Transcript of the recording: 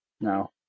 No